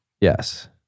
Yes